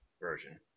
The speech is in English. version